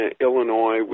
Illinois